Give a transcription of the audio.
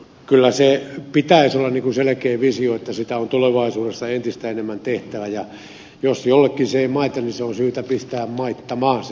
kyllä sen pitäisi olla selkeä visio että yhteistyötä on tulevaisuudessa entistä enemmän tehtävä ja jos se ei jollekin maita niin se on syytä pistää maittamaan